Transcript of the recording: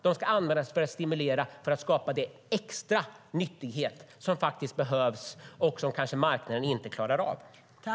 De ska användas för att stimulera och skapa den extra nyttighet som behövs och som marknaden kanske inte klarar av.